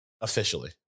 Officially